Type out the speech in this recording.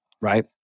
right